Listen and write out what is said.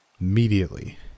Immediately